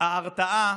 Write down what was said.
ההרתעה